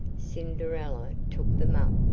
cinderella took them up,